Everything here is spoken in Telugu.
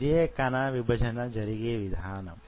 ఇదే కణ విభజన జరిగే విధానం